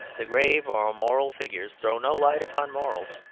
the grave or moral figures throw no light upon morals.